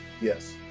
Yes